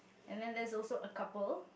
and then there is also a couple